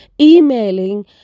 emailing